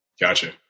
Gotcha